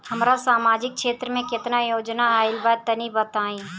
हमरा समाजिक क्षेत्र में केतना योजना आइल बा तनि बताईं?